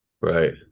Right